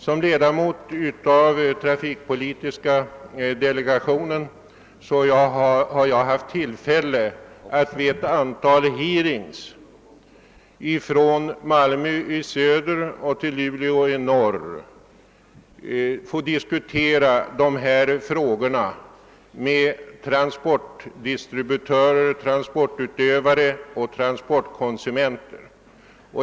Som medlem av trafikpolitiska delegationen har jag haft tillfälle att vid ett antal hearings från Malmö i söder till Luleå i norr få diskutera dessa frågor med transportdistributörer, transportutövare och transportkonsumenter.